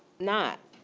not.